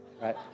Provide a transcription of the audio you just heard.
Right